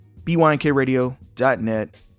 BYNKradio.net